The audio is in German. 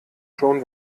schon